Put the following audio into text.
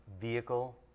vehicle